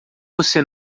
você